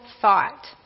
thought